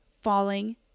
falling